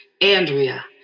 Andrea